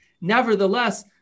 Nevertheless